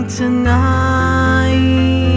tonight